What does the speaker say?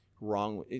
wrong